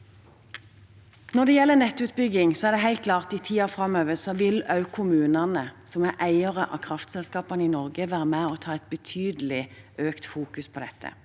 Når det gjelder nettutbygging, er det helt klart at i tiden framover vil også kommunene som er eiere av kraftselskapene i Norge, være med og ha et betydelig økt fokus på dette.